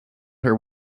her